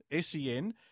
SEN